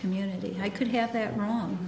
community i could have that wrong